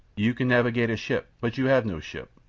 you can navigate a ship, but you have no ship.